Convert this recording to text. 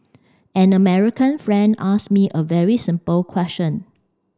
an American friend asked me a very simple question